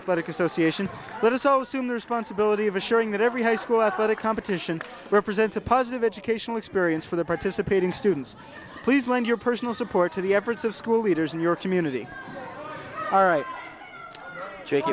athletic association that is so soon the responsibility of assuring that every high school athletic competition represents a positive educational experience for the participating students please lend your personal support to the efforts of school leaders in your community all right jake